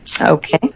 Okay